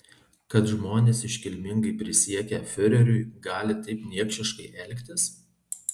kad žmonės iškilmingai prisiekę fiureriui gali taip niekšiškai elgtis